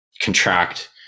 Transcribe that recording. contract